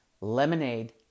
lemonade